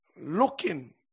Looking